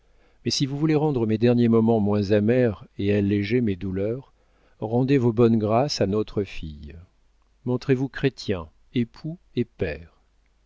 mais si vous voulez rendre mes derniers moments moins amers et alléger mes douleurs rendez vos bonnes grâces à notre fille montrez-vous chrétien époux et père